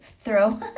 throw